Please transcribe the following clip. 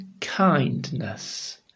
kindness